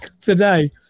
today